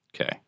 Okay